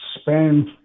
spend